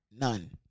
None